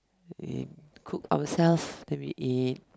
eh we cook ourselves then we eat